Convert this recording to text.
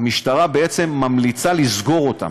המשטרה בעצם ממליצה לסגור אותם.